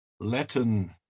Latin